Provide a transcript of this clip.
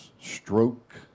stroke